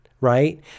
right